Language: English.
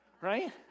right